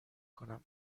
کنم